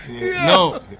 No